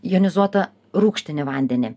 jonizuotą rūgštinį vandenį